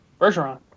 Bergeron